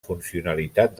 funcionalitat